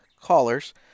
callers